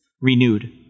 Renewed